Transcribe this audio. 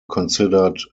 considered